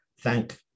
thank